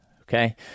Okay